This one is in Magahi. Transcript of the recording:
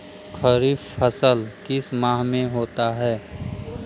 खरिफ फसल किस माह में होता है?